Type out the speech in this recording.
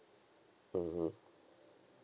mmhmm